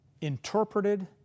interpreted